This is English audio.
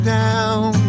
down